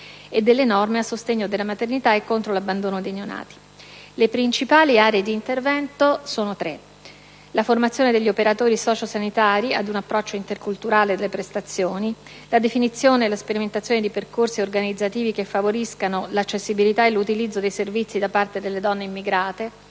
e sulle norme a sostegno della maternità e contro l'abbandono dei neonati. Le principali aree di intervento sono tre: la formazione degli operatori sociosanitari ad un approccio interculturale delle prestazioni; la definizione e la sperimentazione di percorsi organizzativi che favoriscano l'accessibilità e l'utilizzo dei servizi da parte delle donne immigrate;